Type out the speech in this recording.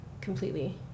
Completely